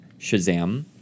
Shazam